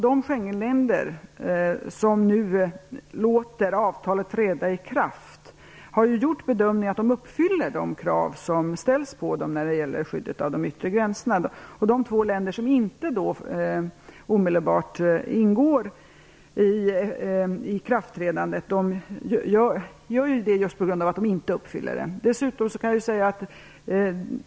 De länder som nu låter Schengenavtalet träda i kraft har gjort bedömningen att de uppfyller de krav som ställs på dem när det gäller skyddet av de yttre gränserna. De två länder som inte omedelbart låter avtalet träda i kraft handlar så på grund av att de inte uppfyller kraven.